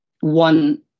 One